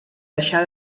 deixar